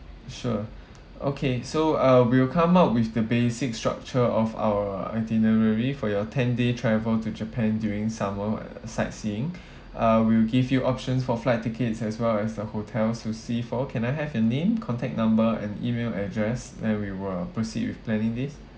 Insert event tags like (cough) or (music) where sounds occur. sure okay so uh we'll come up with the basic structure of our itinerary for your ten day travel to japan during summer sightseeing (breath) uh we'll give you options for flight tickets as well as the hotels to see for can I have your name contact number and email address then we will proceed with planning this